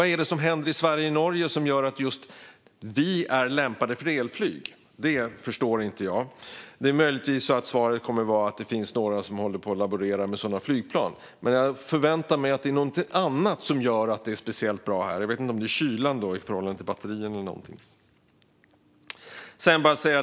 Vad är det som händer i Sverige och Norge som gör att just dessa länder är lämpade för elflyg? Det förstår inte jag. Möjligtvis kommer svaret att vara att det finns några som håller på och laborerar med sådana flygplan, men jag förväntar mig att det är någonting annat som gör att det är speciellt bra här - jag vet inte om det är kylan i förhållande till batterierna.